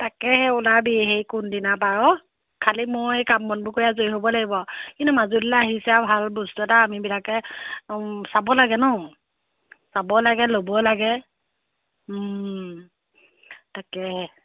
তাকেহে ওলাবি হেৰি কোনদিনা পাৰ খালী মই এই কাম বনবোৰ কৰি আজৰি হ'ব লাগিব আৰু কিন্তু মাজুলীলৈ আহিছে ভাল বস্তু এটা আমিবিলাকে চাব লাগে ন চাব লাগে ল'ব লাগে তাকে